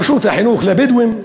רשות החינוך לבדואים,